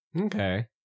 Okay